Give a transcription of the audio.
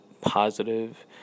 positive